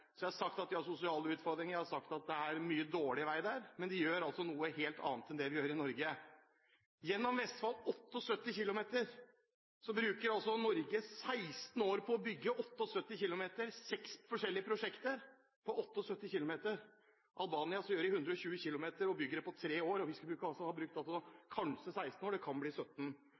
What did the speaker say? Så har jeg sagt at de har sosiale utfordringer, og jeg har sagt at det er mye dårlig vei der, men de gjør altså noe helt annet enn det vi gjør i Norge. Norge bruker 16 år på å bygge 78 km gjennom Vestfold, og det er seks forskjellige prosjekter på 78 km. I Albania kjører de i 120 km/t og bygger det på tre år. Vi skal altså bruke 16 år – det kan bli 17